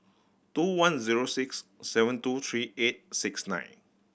two one zero six seven two three eight six nine